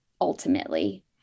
ultimately